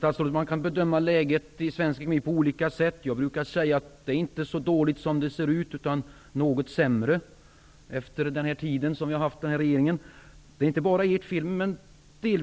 Herr talman! Man kan bedöma läget i svensk ekonomi på olika sätt. Jag brukar säga att det inte är så dåligt som det ser ut, utan något sämre efter att vi har haft denna regering en tid. Allt är inte regeringens fel, men en del.